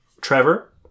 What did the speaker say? Trevor